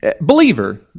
believer